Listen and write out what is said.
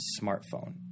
smartphone